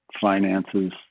finances